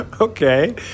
Okay